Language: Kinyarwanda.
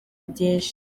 byinshi